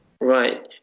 Right